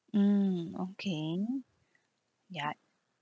mm okay ya